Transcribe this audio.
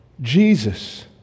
jesus